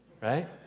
right